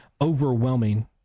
overwhelming